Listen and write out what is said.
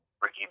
ricky